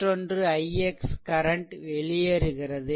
மற்றொன்று ix current வெளியேறுகிறது